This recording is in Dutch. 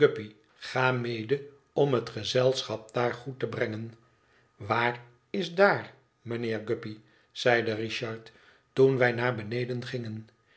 ga mede om het gezelschap daar goed te brengen waar is daar mijnheer guppy zeide richard toen wij naar beneden gingen